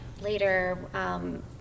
later